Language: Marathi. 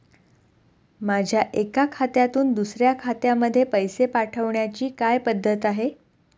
माझ्या एका खात्यातून दुसऱ्या खात्यामध्ये पैसे पाठवण्याची काय पद्धत आहे?